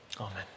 Amen